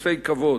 ולחיפושי כבוד,